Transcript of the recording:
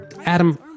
Adam